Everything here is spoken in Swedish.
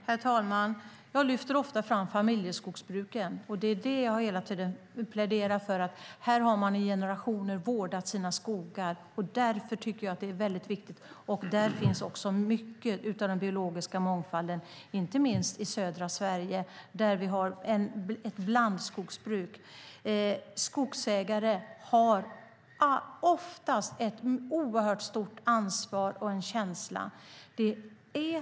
Herr talman! Jag lyfter ofta fram och pläderar för familjeskogsbruken. Här har man i generationer vårdat sina skogar, vilket är väldigt viktigt. Här finns också mycket av den biologiska mångfalden, inte minst i södra Sverige, där vi har ett blandskogsbruk. Skogsägare har oftast ett oerhört stort ansvar och en känsla för sin skog.